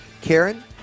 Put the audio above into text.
Karen